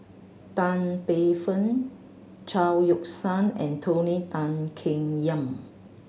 Tan Paey Fern Chao Yoke San and Tony Tan Keng Yam